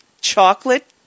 chocolate